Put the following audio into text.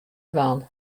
dwaan